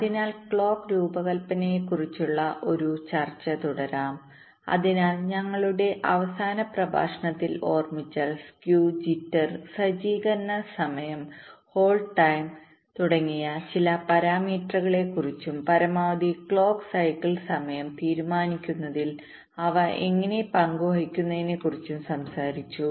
അതിനാൽ ക്ലോക്ക് രൂപകൽപ്പനയെക്കുറിച്ചുള്ള ഒരു ചർച്ച തുടരാം അതിനാൽ ഞങ്ങളുടെ അവസാന പ്രഭാഷണത്തിൽ ഓർമിച്ചാൽ സ്ക്യൂ ജിറ്റർ സജ്ജീകരണ സമയം ഹോൾഡ് ടൈം തുടങ്ങിയ ചില പാരാമീറ്ററുകളെക്കുറിച്ചും പരമാവധി ക്ലോക്ക് സൈക്കിൾ സമയംതീരുമാനിക്കുന്നതിൽ അവ എങ്ങനെ പങ്കു വഹിക്കുന്നുവെന്നതിനെക്കുറിച്ചും സംസാരിച്ചു